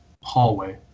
hallway